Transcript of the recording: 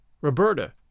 Roberta